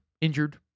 injured